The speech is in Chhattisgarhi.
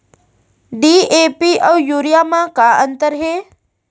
डी.ए.पी अऊ यूरिया म का अंतर हे?